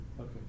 Okay